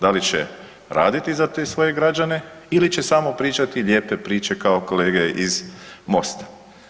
Da li će raditi za te svoje građane ili će samo pričati lijepe priče kao kolege iz Mosta.